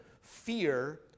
...fear